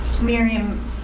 Miriam